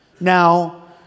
Now